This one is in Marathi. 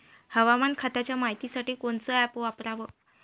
हवामान खात्याच्या मायतीसाठी कोनचं ॲप वापराव?